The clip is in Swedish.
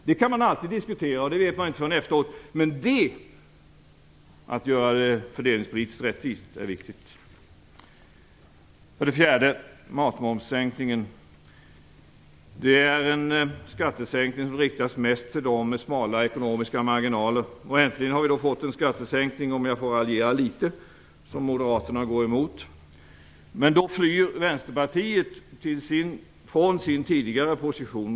Det kan man alltid diskutera, och det vet man inte förrän efteråt. Men detta att göra det fördelningspolitiskt rättvist är viktigt. För det fjärde: Matmomssänkningen. Det är en skattesänkning som mest riktas till dem med smala ekonomiska marginaler. Äntligen har vi då fått en skattesänkning som, om jag får raljera litet, moderaterna går emot. Men då flyr Vänsterpartiet från sin tidigare position.